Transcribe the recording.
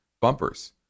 bumpers